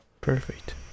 Perfect